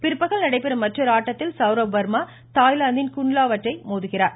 பிற்பகல் நடைபெறும் மற்றொரு ஆட்டத்தில் சௌரப் வர்மா தாய்லாந்தின் குன்லா வட் உடன் மோதுகிறார்